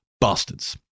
Bastards